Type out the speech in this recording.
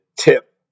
tip